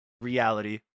reality